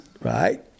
right